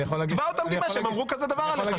תבע אותם דיבה שהם אמרו כזה דבר עליך,